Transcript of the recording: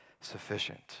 sufficient